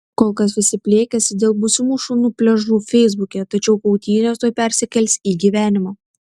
kol kas visi pliekiasi dėl būsimų šunų pliažų feisbuke tačiau kautynės tuoj persikels į gyvenimą